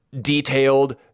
detailed